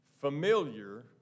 familiar